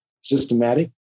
systematic